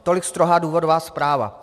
Tolik strohá důvodová zpráva.